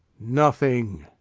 nothing!